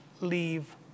leave